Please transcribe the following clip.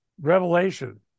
revelation